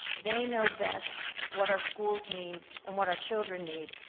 they know best what our schools need, and what our children need.